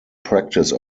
practice